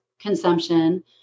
consumption